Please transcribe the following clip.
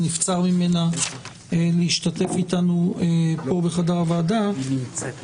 שנבצר ממנה להשתתף איתנו פה בחדר הוועדה --- היא נמצאת,